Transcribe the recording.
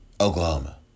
Oklahoma